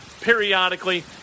periodically